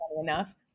enough